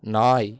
நாய்